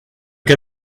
can